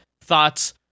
thoughts